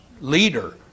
leader